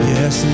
Yes